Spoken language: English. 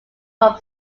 from